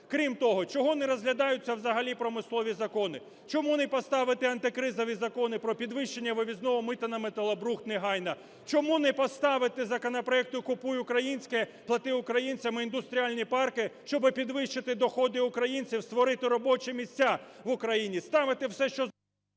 Крім того, чого не розглядаються взагалі промислові закони? Чому не поставити антикризові закони про підвищення вивізного мита на металобрухт негайно? Чому не поставити законопроект "Купуй українське, плати українцям" і індустріальні парки, щоб підвищити доходи українцям, створити робочі місця в Україні? Ставите все, що…